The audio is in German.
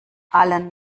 allen